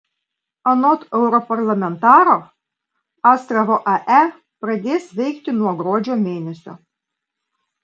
anot europarlamentaro astravo ae pradės veikti nuo gruodžio mėnesio